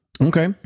Okay